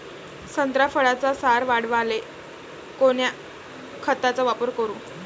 संत्रा फळाचा सार वाढवायले कोन्या खताचा वापर करू?